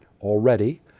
already